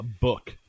book